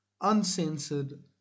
uncensored